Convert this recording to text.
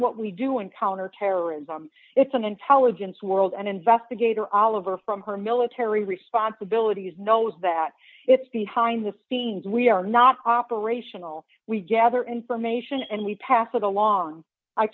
what we do in counterterrorism it's an intelligence world and investigator oliver from her military responsibilities knows that it's behind the scenes we are not operational we gather information and we pass it along i